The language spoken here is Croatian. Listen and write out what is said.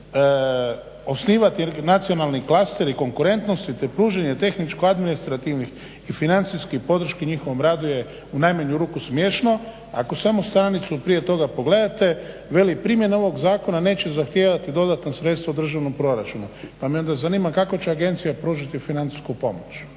osnivati nacionalni klaster i konkurentnost te pružati tehničko administrativnih i financijskih podrški njihovom radu je u najmanju ruku smiješno. Ako samo stranicu prije toga pogledate veli primjena ovog zakona neće zahtijevati dodatna sredstva u državnom proračunu pa me onda zanima kako će agencija pružiti financijsku pomoć?